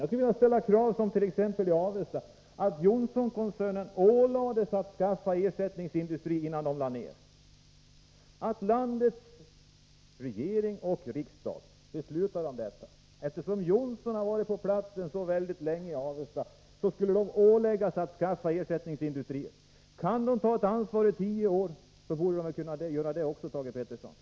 När det gäller t.ex. Avesta skulle jag vilja ställa krav på att Johnsonkoncernen åläggs att skaffa ersättningsindustri, innan den lägger ned sin verksamhet. Jag skulle vilja att landets regering och riksdag beslutade om detta. Eftersom Johnson har varit på platsen — i Avesta — så länge, skulle man åläggas att skaffa ersättningsindustrier. Kan företaget ta ett ansvar i tio år, borde företaget också kunna skaffa ersättningsindustrier, Thage Peterson.